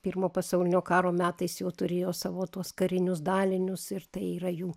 pirmo pasaulinio karo metais jau turėjo savo tuos karinius dalinius ir tai yra jų